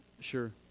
Sure